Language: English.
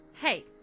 Hey